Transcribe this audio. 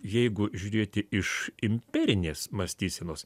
jeigu žiūrėti iš imperinės mąstysenos